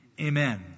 Amen